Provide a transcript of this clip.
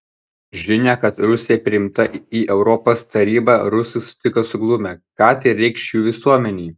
žinią kad rusija priimta į europos tarybą rusai sutiko suglumę ką tai reikš jų visuomenei